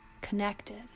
connected